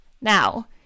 Now